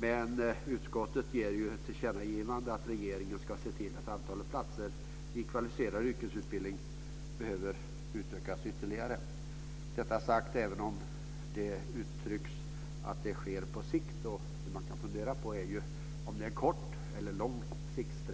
Men utskottet gör ett tillkännagivande om att regeringen ska se till att antalet platser inom kvalificerad yrkesutbildning behöver utökas ytterligare - detta sagt även om det uttrycks att det ska ske på sikt. Man kan fundera över om det rör sig om på kort eller lång sikt.